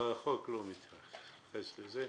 החוק לא מתייחס לזה.